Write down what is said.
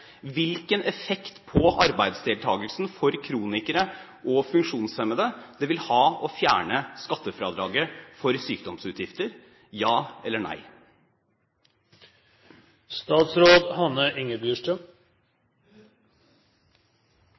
hvilken effekt det vil ha på arbeidsdeltakelsen for kronikere og funksjonshemmede å fjerne skattefradraget for sykdomsutgifter – ja eller nei?